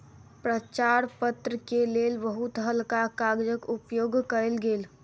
प्रचार पत्र के लेल बहुत हल्का कागजक उपयोग कयल गेल